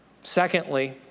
Secondly